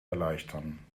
erleichtern